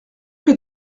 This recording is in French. que